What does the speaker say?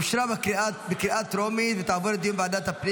אושרה בקריאה טרומית ותעבור לוועדת הפנים